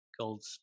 called